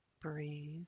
breathe